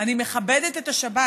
אני מכבדת את השבת.